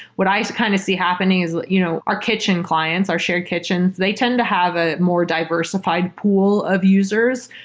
what i kind of see happening is you know our kitchen clients, our shared kitchens, they tend to have a more diversified pool of users.